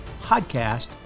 Podcast